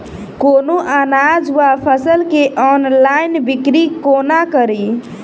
कोनों अनाज वा फसल केँ ऑनलाइन बिक्री कोना कड़ी?